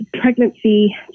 pregnancy